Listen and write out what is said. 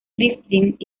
griffith